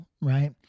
right